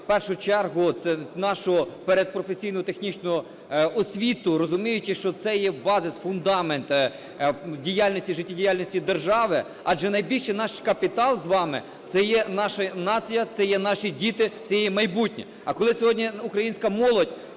першу чергу, це нашу передпрофесійну технічну освіту, розуміючи, що це є базис, фундамент, в діяльності і життєдіяльності держави. Адже найбільший наш капітал з вами – це є наша нація, це є наші діти, це її майбутнє. А коли сьогодні українська молодь